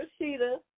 Rashida